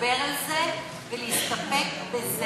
שמדבר על זה ולהסתפק בזה,